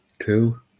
Two